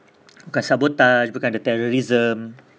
bukan sabotage bukan ada terrorism